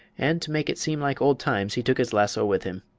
and to make it seem like old times he took his lasso with him.